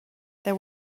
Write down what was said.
there